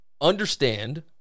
understand